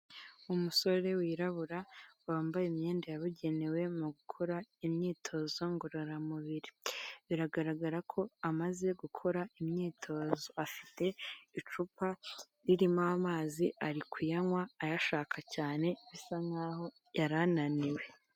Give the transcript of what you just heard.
Umusore wirabura wambaye imyenda yabugenewe mu gukora imyitozo ngororamubiri, biragaragara ko amaze gukora imyitozo, afite icupa ririmo amazi ari kuyanywa ayashaka cyane bisa nk'aho yari ananiwe.